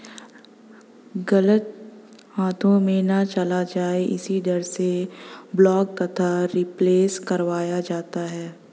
गलत हाथों में ना चला जाए इसी डर से ब्लॉक तथा रिप्लेस करवाया जाता है